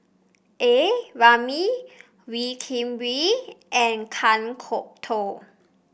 A Ramli Wee Kim Wee and Kan Kwok Toh